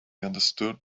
understood